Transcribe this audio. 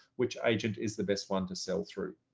which agent is the best one to sell through.